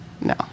No